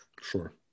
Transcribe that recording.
Sure